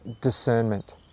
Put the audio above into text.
discernment